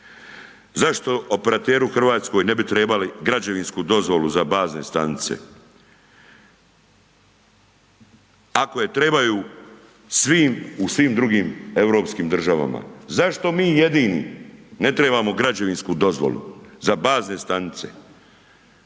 zašto operateri u Hrvatskoj ne bi trebali građevinsku dozvolu za bazne stanice, ako je trebaju u svim drugim europskim državama, zašto mi jedini ne trebamo građevinsku dozvolu za bazne stanice,